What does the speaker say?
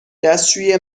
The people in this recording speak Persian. دستشویی